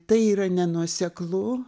tai yra nenuoseklu